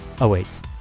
awaits